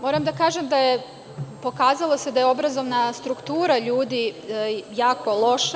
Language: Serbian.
Moram da kažem da se pokazalo da je obrazovna struktura ljudi jako loša.